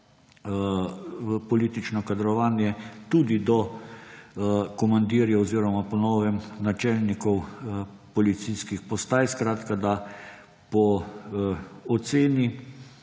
za politično kadrovanje tudi do komandirjev oziroma po novem načelnikov policijskih postaj, skratka da po oceni